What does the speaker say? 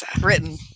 Written